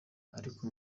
ariko